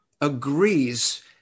agrees